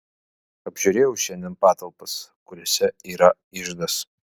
apžiūrėjau šiandien patalpas kuriose yra iždas